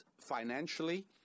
financially